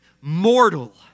mortal